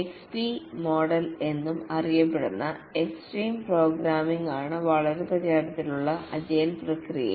XP model എന്നും അറിയപ്പെടുന്ന extreme പ്രോഗ്രാമിംഗാണ് വളരെ പ്രചാരത്തിലുള്ള ഒരു അജിലേ പ്രക്രിയ